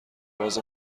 راز